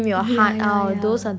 yeah yeah yeah